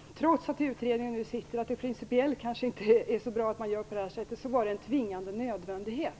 - trots att utredningen nu är tillsatt och att det principiellt inte är så bra att göra så här - att det var en tvingande nödvändighet.